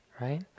right